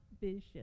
vision